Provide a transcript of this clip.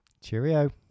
cheerio